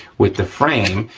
with the frame,